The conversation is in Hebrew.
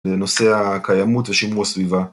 לנושא הקיימות ושימוע סביבה.